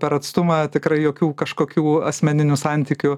per atstumą tikrai jokių kažkokių asmeninių santykių